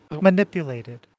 manipulated